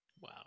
wow